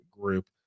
group